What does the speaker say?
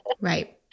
Right